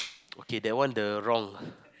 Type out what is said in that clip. okay that one the wrong